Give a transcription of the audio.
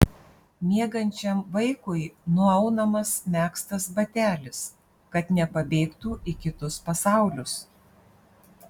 miegančiam vaikui nuaunamas megztas batelis kad nepabėgtų į kitus pasaulius